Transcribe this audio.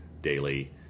daily